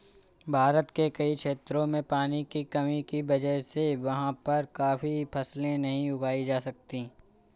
भारत के कई क्षेत्रों में पानी की कमी की वजह से वहाँ पर काफी फसलें नहीं उगाई जा सकती